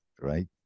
right